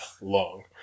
long